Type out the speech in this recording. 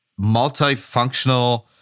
multifunctional